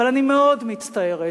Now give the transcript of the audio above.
אבל אני מאוד מצטערת